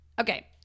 okay